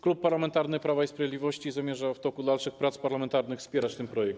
Klub Parlamentarny Prawo i Sprawiedliwość zamierza w toku dalszych prac parlamentarnych wspierać ten projekt.